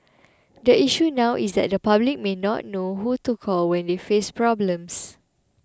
the issue now is that the public may not know who to call when they face problems